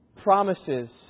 promises